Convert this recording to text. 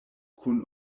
kun